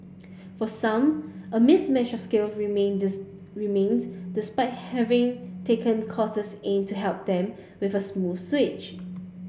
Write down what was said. for some a mismatch of skills remain remains despite having taken courses aimed at helping them make a smooth switch